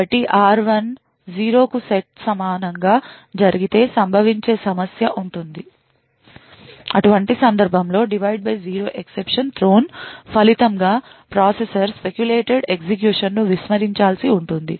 కాబట్టి r1 0 కి సమానంగా జరిగితే సంభవించే సమస్య ఉంటుంది అటువంటి సందర్భంలో divide by zero exception thrown ఫలితంగా ప్రాసెసర్ speculated ఎగ్జిక్యూషన్ ను విస్మరించాల్సి ఉంటుంది